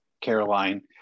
Caroline